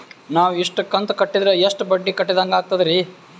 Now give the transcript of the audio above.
ನಾವು ಇಷ್ಟು ಕಂತು ಕಟ್ಟೀದ್ರ ಎಷ್ಟು ಬಡ್ಡೀ ಕಟ್ಟಿದಂಗಾಗ್ತದ್ರೀ?